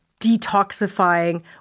detoxifying